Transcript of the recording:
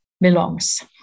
belongs